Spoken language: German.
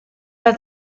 bei